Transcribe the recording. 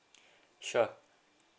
sure